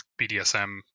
bdsm